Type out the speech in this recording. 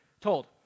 told